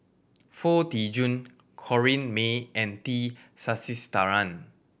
Foo Tee Jun Corrinne May and T Sasitharan